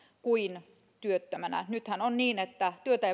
kuin työttömänä nythän on niin että työtä